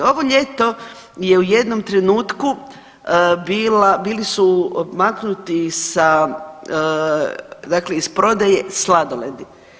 Ovo ljeto je u jednom trenutku bilo, bili su maknuti sa dakle iz prodaje sladoledi.